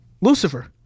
lucifer